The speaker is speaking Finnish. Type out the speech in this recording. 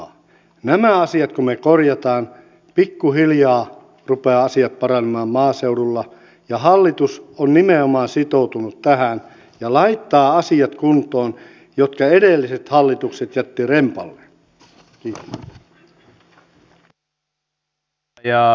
nämä asiat kun me korjaamme pikkuhiljaa rupeavat asiat paranemaan maaseudulla ja hallitus on nimenomaan sitoutunut tähän ja laittaa kuntoon asiat jotka edelliset hallitukset jättivät rempalleen